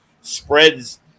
spreads